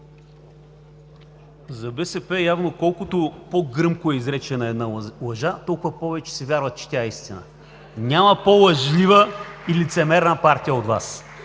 За БСП явно колкото по-гръмко е изречена една лъжа, толкова повече си вярват, че тя е истина. (Ръкопляскания от ОП.) Няма по-лъжлива и лицемерна партия от Вас!